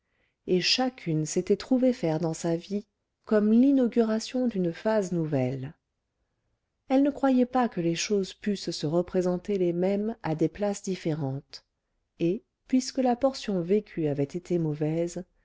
et chacune s'était trouvée faire dans sa vie comme l'inauguration d'une phase nouvelle elle ne croyait pas que les choses pussent se représenter les mêmes à des places différentes et puisque la portion vécue avait été mauvaise